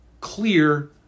clear